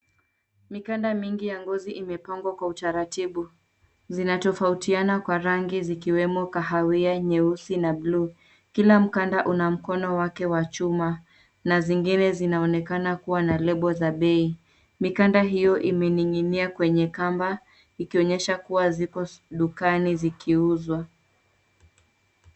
Mikanda mingi ya ngozi imepangwa kwa utaratibu. Zinatofautiana kwa rangi zikiwemo kahawia, nyeusi na bluu. Kila mkanda una mkono wake wa chuma na zingine zinaonekana kuwa na lebo za bei. Mikanda hiyo imening'inia kwenye kamba zikionyesha ziko dukani zikiuzwa.